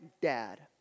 dad